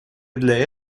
для